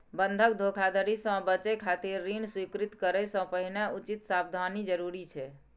बंधक धोखाधड़ी सं बचय खातिर ऋण स्वीकृत करै सं पहिने उचित सावधानी जरूरी छै